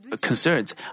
concerns